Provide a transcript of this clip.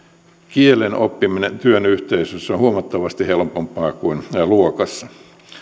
kielen oppiminen työyhteisössä on huomattavasti helpompaa kuin luokassa